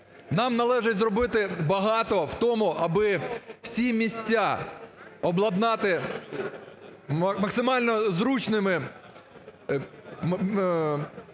Нам належить зробити багато в тому, аби всі місця обладнати максимально зручними